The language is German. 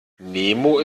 nemo